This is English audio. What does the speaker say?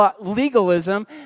legalism